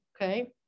okay